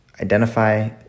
identify